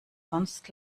sonst